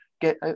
get